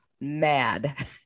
mad